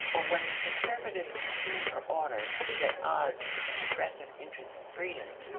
or when the conservative concern for order is at odds with the progressive interest in freedom,